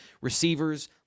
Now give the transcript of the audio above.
receivers